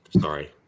Sorry